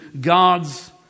God's